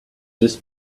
this